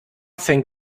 fängt